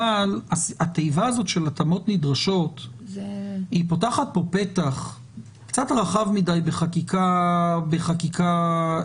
אבל התיבה הזאת של "התאמות נדרשות" פותחת פתח קצת רחב מדי בחקיקה ראשית.